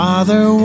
Father